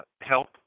help